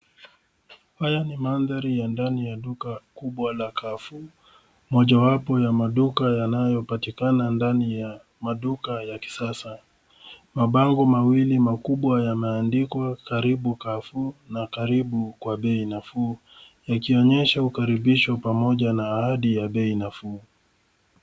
Haya ni mandhari ya ndani ya duka kubwa la Carrefour, mojawapo ya maduka yanayopatikana ndani ya maduka ya kisasa. Mabango mawili makubwa yanaandikwa karibu Carrefour na karibu kwa bei nafuu. Yakionyesha ukaribisho pamoja na ahadi ya bei nafuu.